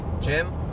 Jim